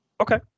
Okay